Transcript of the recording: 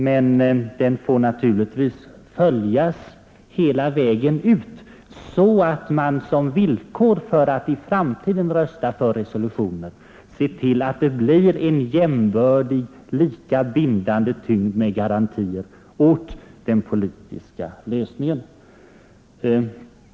Denna tendens får i så fall följas hela vägen ut så att man som villkor för att i framtiden rösta på resolutioner ställer att det blir en jämbördig lika bindande tyngd med garantier för en politisk lösning.